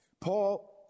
Paul